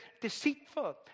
deceitful